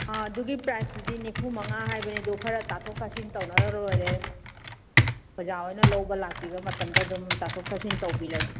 ꯑꯥ ꯑꯗꯨꯒꯤ ꯄꯦꯛꯇꯨꯗꯤ ꯅꯤꯐꯨꯃꯉꯥ ꯍꯥꯏꯕꯅꯤ ꯑꯗꯨ ꯈꯔ ꯇꯥꯊꯣꯛ ꯇꯥꯁꯤꯟ ꯇꯧꯅꯔꯒ ꯂꯣꯏꯔꯦ ꯑꯣꯖꯥ ꯈꯣꯏꯅ ꯂꯧꯕ ꯂꯥꯛꯄꯤꯕ ꯃꯇꯝꯗ ꯑꯗꯨꯝ ꯇꯥꯊꯣꯛ ꯇꯥꯁꯤꯟ ꯇꯧꯕꯤꯔꯒꯦ